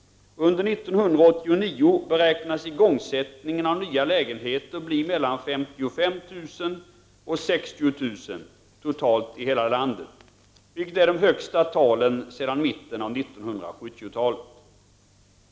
Under 1989 beräknas igångsättningen av nya lägenheter bli mellan 55 000 och 60 000 totalt i hela landet, vilket är de högsta talen sedan mitten av 1970 talet.